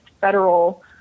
federal